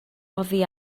oddi